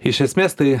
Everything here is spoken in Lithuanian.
iš esmės tai